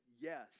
yes